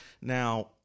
Now